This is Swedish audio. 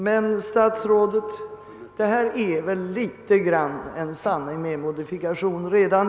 Men, statsrådet, redan detta är väl en sanning med modifikation?